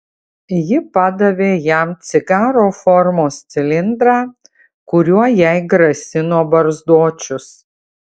ji padavė jam cigaro formos cilindrą kuriuo jai grasino barzdočius